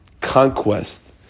conquest